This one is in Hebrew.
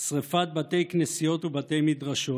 שרפת בתי כנסיות ובתי מדרשות,